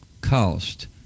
cost